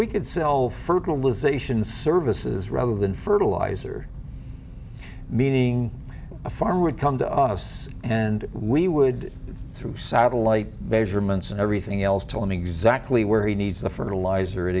we could sell fertilization services rather than fertiliser meaning a farmer would come to us and we would through satellite measurements and everything else tell me exactly where he needs the fertilizer